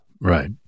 Right